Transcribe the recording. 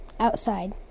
Outside